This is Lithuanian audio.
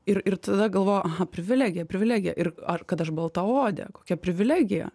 ir ir tada galvojau aha privilegija privilegija ir ar kad aš baltaodė kokia privilegija